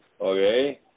okay